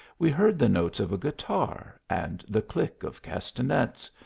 we heard the notes of a guitar and the click of castanets,